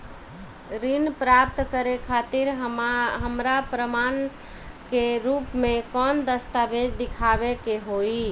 ऋण प्राप्त करे खातिर हमरा प्रमाण के रूप में कौन दस्तावेज़ दिखावे के होई?